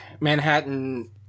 Manhattan